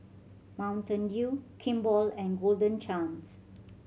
Mountain Dew Kimball and Golden Chance